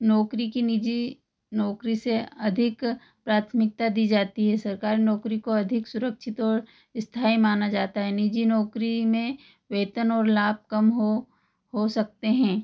नौकरी की निजी नौकरी से अधिक प्राथमिकता दी जाती है सरकारी नौकरी को अधिक सुरक्षित और स्थाई माना जाता है निजी नौकरी में वेतन और लाभ कम हो हो सकते हैं